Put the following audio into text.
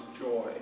joy